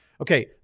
Okay